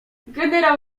generał